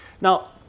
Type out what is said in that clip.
Now